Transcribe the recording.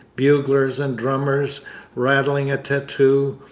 buglers and drummers rattling a tattoo,